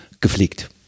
gepflegt